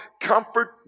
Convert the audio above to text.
comfort